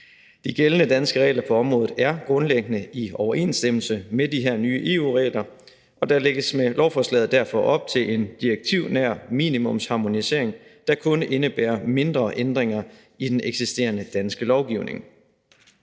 De gældende danske regler på området er grundlæggende i overensstemmelse med de her nye EU-regler, og der lægges med lovforslaget derfor op til en direktivnær minimumsharmonisering, der kun indebærer mindre ændringer i den eksisterende danske lovgivning.